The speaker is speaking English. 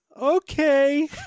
okay